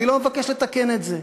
אני לא מבקש לתקן את זה.